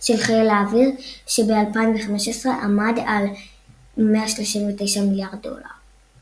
של חיל האוויר שב-2015 עמד על 139 מיליארד דולר.